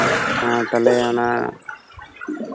ᱦᱮᱸ ᱛᱟᱦᱞᱮ ᱚᱱᱟ